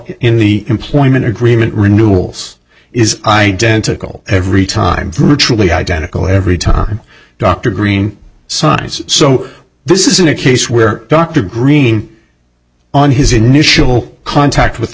in the employment agreement renewals is identical every time truly identical every time dr green size so this isn't a case where dr greening on his initial contact with the